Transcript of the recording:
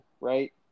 right